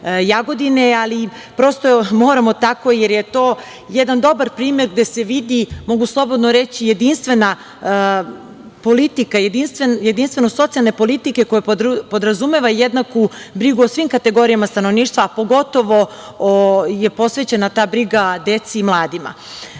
Jagodine, ali prosto moramo tako jer je to jedan dobar primer gde se vidi, mogu slobodno reći, jedinstvena politika, jedinstvo socijalne politike koje podrazumeva jednaku brigu o svim kategorijama stanovništva, a pogotovo je posvećena ta briga deci i mladima. Ja